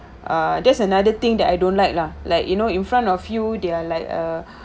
ah that's another thing that I don't like lah like you know in front of you they're like a